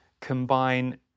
combine